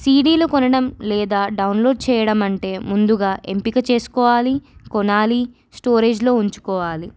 సీడీలు కొనడం లేదా డౌన్లోడ్ చేయడం అంటే ముందుగా ఎంపిక చేసుకోవాలి కొనాలి స్టోరేజ్లో ఉంచుకోవాలి